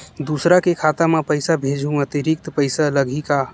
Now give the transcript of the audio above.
दूसरा के खाता म पईसा भेजहूँ अतिरिक्त पईसा लगही का?